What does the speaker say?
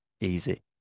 easy